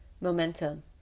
momentum